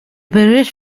bericht